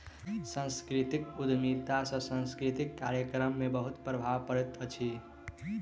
सांस्कृतिक उद्यमिता सॅ सांस्कृतिक कार्यक्रम में बहुत प्रभाव पड़ैत अछि